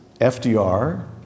FDR